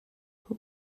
who